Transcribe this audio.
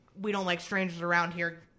we-don't-like-strangers-around-here